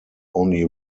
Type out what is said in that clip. only